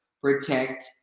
protect